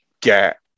get